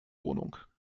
wohnung